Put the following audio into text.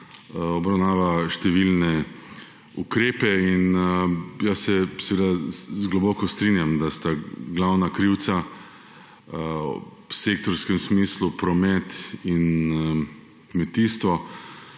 obravnava številne ukrepe in se seveda globoko strijam, da sta glavna krivca v sektorskem smislu promet in kmetijstvo.